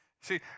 See